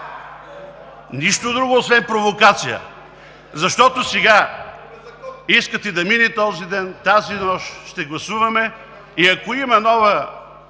Нищо друго освен провокация! Защото сега искате да мине този ден, тази нощ ще гласуваме и ако има нова